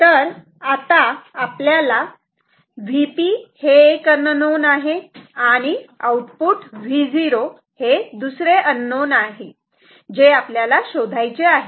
तर आता आपल्याला Vp हे एक अननोन आणि आउटपुट Vo हे दुसरे अननोन शोधायचे आहे